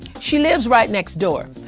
she lives right next door.